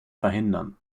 verhindern